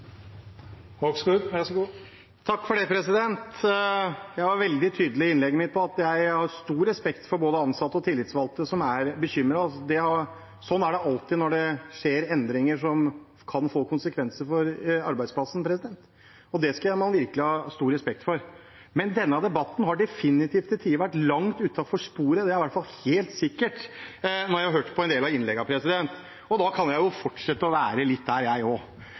Jeg var veldig tydelig i innlegget mitt på at jeg har stor respekt for at både ansatte og tillitsvalgte er bekymret. Sånn er det alltid når det skjer endringer som kan få konsekvenser for arbeidsplassen. Og det skal man virkelig ha stor respekt for. Men denne debatten har definitivt til tider vært langt utenfor sporet, det er i hvert fall helt sikkert. Nå har jeg hørt på en del av innleggene, og da kan jeg jo fortsette å være litt der, jeg også. For det er klart at når Senterpartiet her prater om direktiver og